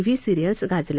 V serial गाजल्या